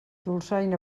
dolçaina